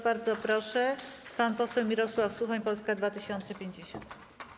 Bardzo proszę, pan poseł Mirosław Suchoń, Polska 2050.